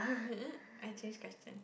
I change question